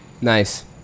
Nice